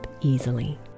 easily